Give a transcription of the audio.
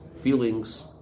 feelings